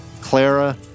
Clara